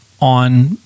on